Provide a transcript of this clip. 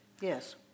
Yes